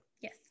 yes